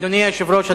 אדוני היושב-ראש,